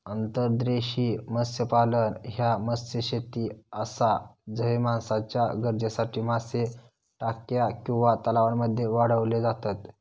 अंतर्देशीय मत्स्यपालन ह्या मत्स्यशेती आसा झय माणसाच्या गरजेसाठी मासे टाक्या किंवा तलावांमध्ये वाढवले जातत